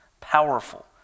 powerful